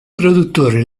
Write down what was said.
produttore